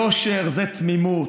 יושר זה תמימות,